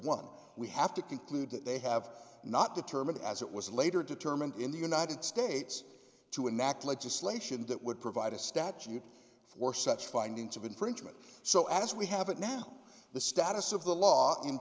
one we have to conclude that they have not determined as it was later determined in the united states to enact legislation that would provide a statute for such findings of infringement so as we have it now the status of the law in